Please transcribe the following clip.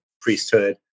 priesthood